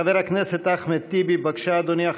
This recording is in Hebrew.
חבר הכנסת אחמד טיבי, בבקשה, אדוני.